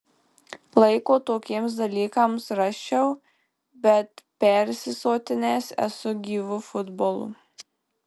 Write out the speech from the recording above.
laiko tokiems dalykams rasčiau bet persisotinęs esu gyvu futbolu